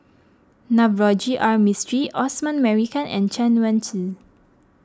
Navroji R Mistri Osman Merican and Chen Wen Hsi